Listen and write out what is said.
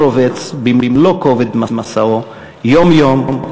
הוא רובץ במלוא כובד משאו יום-יום,